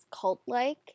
cult-like